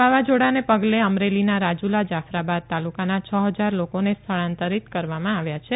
વાવાઝોડાને પગલે અમરેલીના રાજુલા જાફરાબાદ તાલુકાના છ હજાર લોકોને સ્થળાંતરીત કરવામાં આવ્યા છે